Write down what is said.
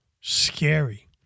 scary